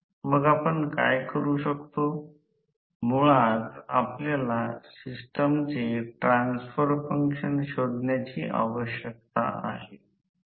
आणि हा प्रवाह 2 आहे म्हणून या प्रकरणात रोटर सर्किट आहे कारण रोटर शॉर्ट सर्किट आहे म्हणूनच हा एक बंद मार्ग आहे